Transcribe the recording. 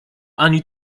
ani